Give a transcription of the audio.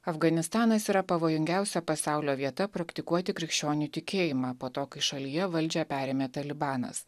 afganistanas yra pavojingiausia pasaulio vieta praktikuoti krikščionių tikėjimą po to kai šalyje valdžią perėmė talibanas